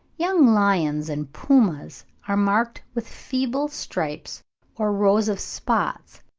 young lions and pumas are marked with feeble stripes or rows of spots,